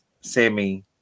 Sammy